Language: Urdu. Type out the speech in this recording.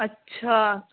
اچھا